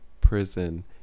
prison